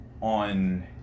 on